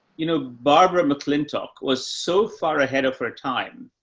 you know, barbara mcclintock was so far ahead of her time,